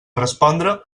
respondre